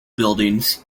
buildings